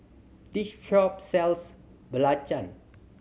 this shop sells belacan